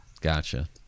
Gotcha